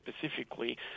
specifically